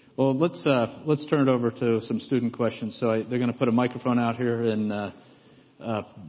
well, let's ah let's turn it over to some student questions. so they're gonna put a microphone out here, and ah